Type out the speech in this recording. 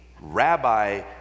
rabbi